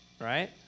Right